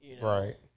Right